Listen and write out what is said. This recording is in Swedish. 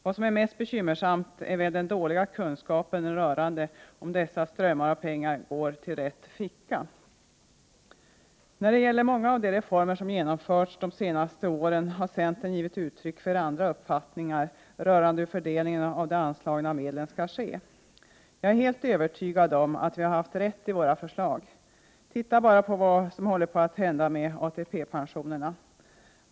Vad som är mest bekymmersamt är väl den dåliga kunskapen om huruvida dessa strömmar av pengar går till rätt ficka. När det gäller många av de reformer som genomförts de senare åren har centern givit uttryck för andra uppfattningar rörande fördelningen av de anslagna medlen. Jag är helt övertygad om att vi har haft rätt i våra förslag. Titta bara på vad som håller på att ske med ATP-pensionerna.